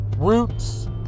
roots